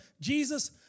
Jesus